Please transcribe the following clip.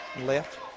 left